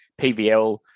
PVL